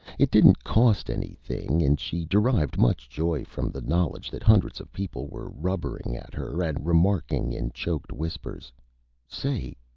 it didn't cost anything, and she derived much joy from the knowledge that hundreds of people were rubbering at her, and remarking in choked whispers say,